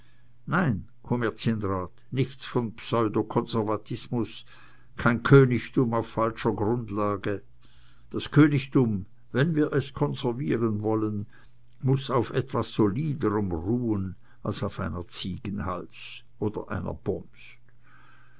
nein kommerzienrat nichts von pseudo konservatismus kein königtum auf falscher grundlage das königtum wenn wir es konservieren wollen muß auf etwas soliderem ruhen als auf einer ziegenhals oder einer bomst